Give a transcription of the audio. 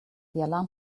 alarm